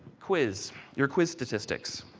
quiz, your quiz statistics.